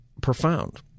profound